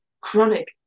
chronic